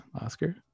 oscar